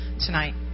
tonight